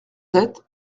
sept